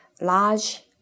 large